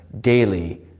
daily